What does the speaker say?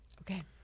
Okay